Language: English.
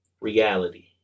reality